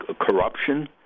corruption